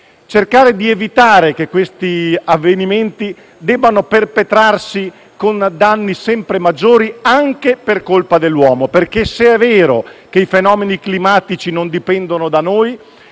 cercare di evitare che avvenimenti del genere debbano perpetuarsi, con danni sempre maggiori, anche per colpa dell'uomo. Se è vero che i fenomeni climatici non dipendono da noi,